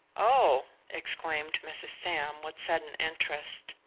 oh, exclaimed mrs. sam, with sudden interest,